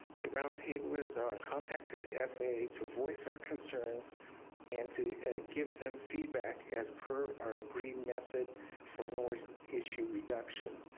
the roundtable is our contact to the faa to voice our concerns and to give them feedback as per our agreed methods for noise issue reduction.